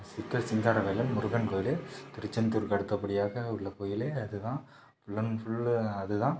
சிக்கல் சிங்கார வேலன் முருகன் கோவில் திருசெந்தூருக்கு அடுத்தபடியாக உள்ள கோவிலு அதுதான் ஃபுல் அண்ட் ஃபுல்லு அதுதான்